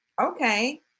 Okay